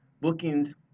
bookings